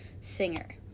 singer